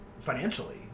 financially